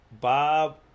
Bob